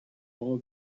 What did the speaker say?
all